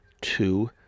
two